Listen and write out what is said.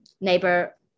neighbor